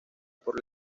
por